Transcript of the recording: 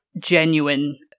genuine